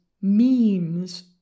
memes